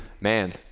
man